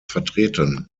vertreten